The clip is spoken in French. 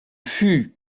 fût